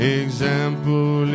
example